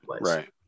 right